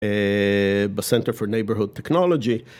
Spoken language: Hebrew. ב-Center for neighbourhood technology